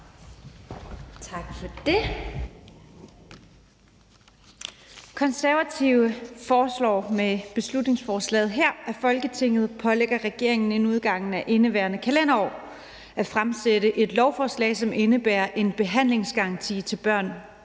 Tak for det.